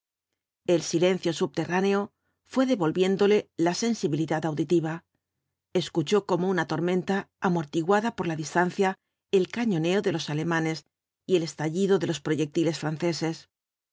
el silencio subterráneo fué devolviéndole la sensibilidad auditiva escuchó como una tormenta amortiguada por la distancia el cañoneo de los alemanes y el estallido de los proyectiles franceses